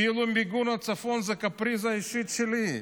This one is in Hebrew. כאילו מיגון הצפון זו קפריזה אישית שלי.